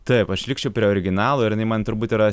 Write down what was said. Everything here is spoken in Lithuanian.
taip aš likčiau prie originalo ir jinai man turbūt yra